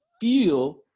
feel